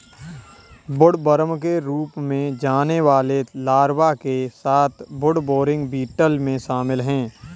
woodworm के रूप में जाने वाले लार्वा के साथ वुडबोरिंग बीटल में शामिल हैं